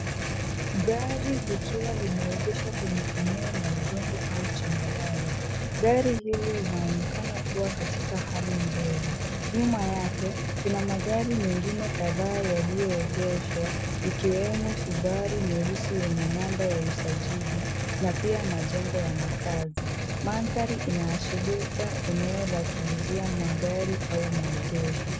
Gari likiwa limeegeshwa kwenye eneo la udongo au changarawe. Gari hili linaonekana kuwa katika hali nzuri. Nyuma yake, kuna magari mengine kadhaa yaliyoegeshwa ikiwemo Subari nyeusi yenye namba ya usajili na pia majengo ya makaazi. Mandhari inaashiria eneo la kuuzia magari au maegesho.